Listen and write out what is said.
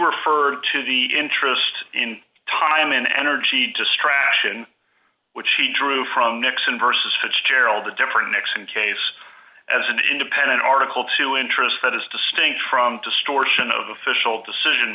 referred to the interest in time and energy distraction which he drew from nixon versus it's gerald a different nixon case as an independent article two interests that is distinct from to store ssion of official decision